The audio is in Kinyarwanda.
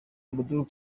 abdul